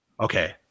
Okay